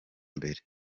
mbere